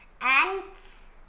Ants